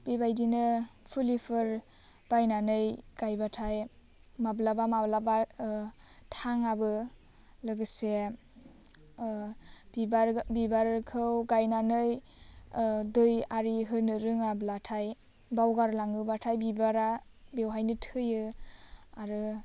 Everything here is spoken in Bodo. बेबादिनो फुलिफोर बायनानै गायबाथाय माब्लाबा माब्लाबा थाङाबो लोगोसे बिबार बिबारखौ गायनानै दै आरि होनो रोङाब्लाथाय बावगार लाङोबाथाय बिबारा बेवहायनो थैयो आरो